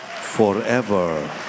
forever